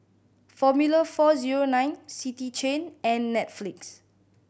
Formula Four Zero Nine City Chain and Netflix